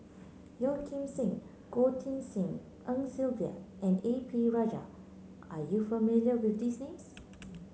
Yeo Kim Seng Goh Tshin En Sylvia and A P Rajah are you familiar with these names